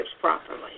properly